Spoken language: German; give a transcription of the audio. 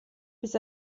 bis